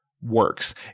works